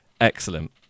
Excellent